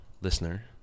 listener